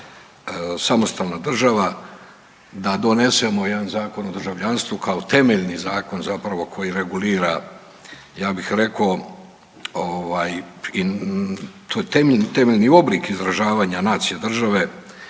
samostalna država da donesemo jedan Zakon o državljanstvu kao temeljni zakon zapravo koji regulira ja bih rekao ovaj to je temeljni oblik izražavanja nacije države